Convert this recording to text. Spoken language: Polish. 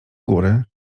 góry